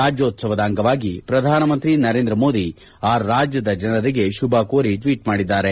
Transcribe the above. ರಾಜ್ಯೋತ್ಸವ ಅಂಗವಾಗಿ ಪ್ರಧಾನಮಂತ್ರಿ ನರೇಂದ್ರ ಮೋದಿ ಆ ರಾಜ್ಯದ ಜನರಿಗೆ ಶುಭಕೋರಿ ಟ್ವೀಟ್ ಮಾಡಿದ್ದಾರೆ